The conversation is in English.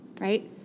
right